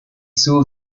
saw